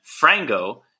frango